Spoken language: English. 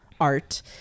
art